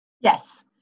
yes